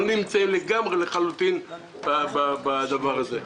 לחלוטין לא נמצאים בדבר הזה.